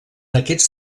aquests